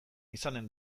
izanen